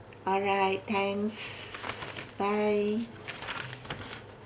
alright thanks bye